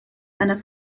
einer